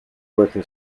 working